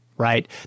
right